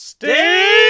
Stay